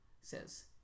says